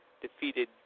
defeated